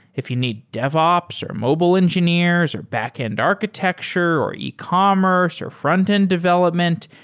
if you need devops, or mobile engineers, or backend architecture, or ecommerce, or frontend development,